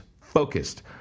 focused